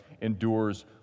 endures